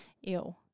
Ew